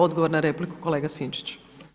Odgovor na repliku kolega Sinčić.